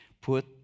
Put